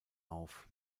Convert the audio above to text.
auf